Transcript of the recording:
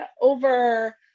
over